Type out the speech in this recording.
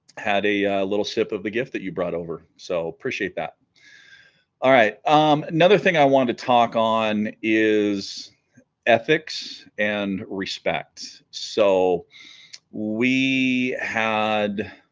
had a little sip of the gift that you brought over so appreciate that alright another thing i want to talk on is ethics and respect so we had